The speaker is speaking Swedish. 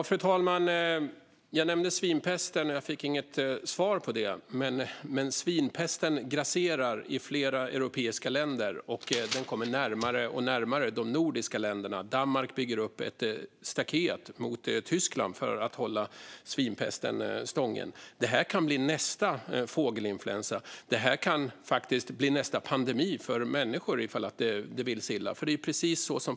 Fru talman! Jag nämnde svinpesten och fick inget svar på det, men svinpesten grasserar i flera europeiska länder och kommer närmare och närmare de nordiska länderna. Danmark bygger upp ett staket mot Tyskland för att hålla svinpesten stången. Det här kan bli nästa fågelinfluensa. Det kan faktiskt bli nästa pandemi för människor om det vill sig illa.